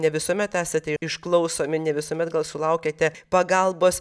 ne visuomet esate išklausomi ne visuomet gal sulaukiate pagalbos